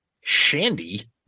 Shandy